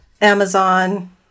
Amazon